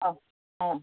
ಹಾಂ ಹಾಂ